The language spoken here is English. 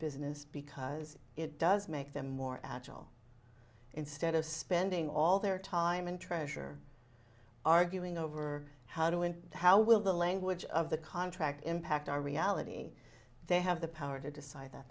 business because it does make them more agile instead of spending all their time and treasure arguing over how do and how will the language of the contract impact our reality they have the power to decide that